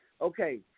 Okay